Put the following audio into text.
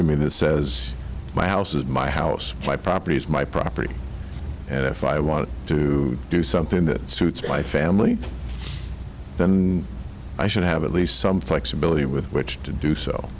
of me that says my house is my house my property is my property and if i want to do something that suits my family then i should have at least some flexibility with which to do so